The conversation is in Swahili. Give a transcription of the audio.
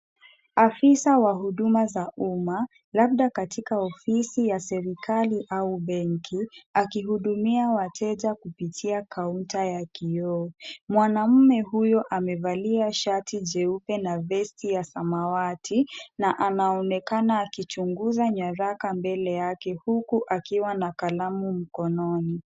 Afisa wa huduma za umma labda katika ofisi ya serikali au benki aki hudumia wateja kupitia kaunta ya kioo. Mwanaume huyo amevalia shati jeupe na vesti ya samawati na anaonekana akichunguza nyaraka mbele yake huku akiwa na kalamu mkononi.